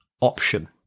option